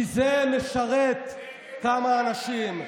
כי זה משרת כמה אנשים.